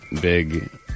big